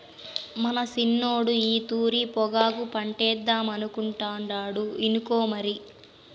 మన సిన్నోడు ఈ తూరి పొగాకు పంటేద్దామనుకుంటాండు ఇనుకో మరి